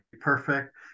perfect